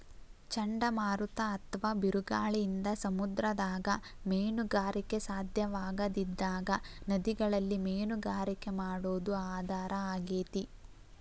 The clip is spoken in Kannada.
ಚಂಡಮಾರುತ ಅತ್ವಾ ಬಿರುಗಾಳಿಯಿಂದ ಸಮುದ್ರದಾಗ ಮೇನುಗಾರಿಕೆ ಸಾಧ್ಯವಾಗದಿದ್ದಾಗ ನದಿಗಳಲ್ಲಿ ಮೇನುಗಾರಿಕೆ ಮಾಡೋದು ಆಧಾರ ಆಗೇತಿ